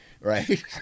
right